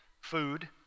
food